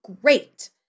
great